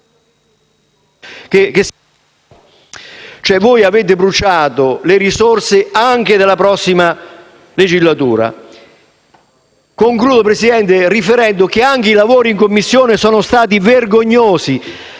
Voi avete bruciato le risorse anche della prossima legislatura. Concludo riferendo che anche i lavori in Commissione sono stati vergognosi